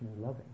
loving